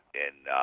in